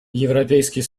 европейский